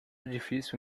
difícil